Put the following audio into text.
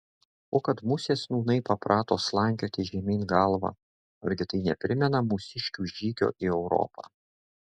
o kad musės nūnai paprato slankioti žemyn galva argi tai neprimena mūsiškių žygio į europą